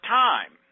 time